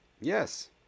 Yes